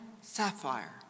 sapphire